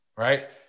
Right